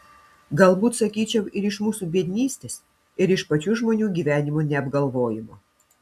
galbūt sakyčiau ir iš mūsų biednystės ir iš pačių žmonių gyvenimo neapgalvojimo